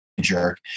jerk